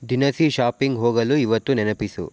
ದಿನಸಿ ಶಾಪಿಂಗ್ ಹೋಗಲು ಇವತ್ತು ನೆನಪಿಸು